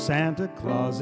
santa claus